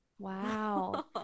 Wow